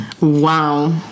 Wow